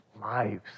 lives